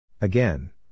Again